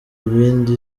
ibindi